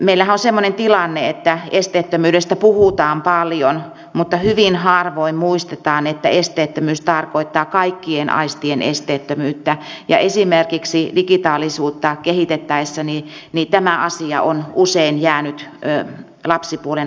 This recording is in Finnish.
meillähän on semmoinen tilanne että esteettömyydestä puhutaan paljon mutta hyvin harvoin muistetaan että esteettömyys tarkoittaa kaikkien aistien esteettömyyttä ja esimerkiksi digitaalisuutta kehitettäessä tämä asia on usein jäänyt lapsipuolen asemaan